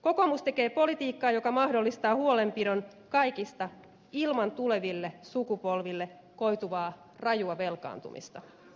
kokoomus tekee politiikkaa joka mahdollistaa huolenpidon kaikista ilman tuleville sukupolville koituvaa rajua velkaantumista